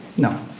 no,